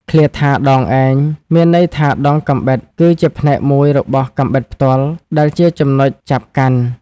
ឃ្លាថា «ដងឯង» មានន័យថាដងកាំបិតគឺជាផ្នែកមួយរបស់កាំបិតផ្ទាល់ ដែលជាចំណុចចាប់កាន់។